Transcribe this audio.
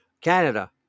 Canada